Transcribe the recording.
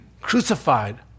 crucified